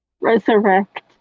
resurrect